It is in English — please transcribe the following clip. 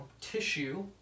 tissue